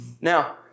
Now